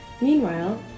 Meanwhile